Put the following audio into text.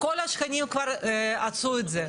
כל השכנים כבר עשו את זה.